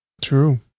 True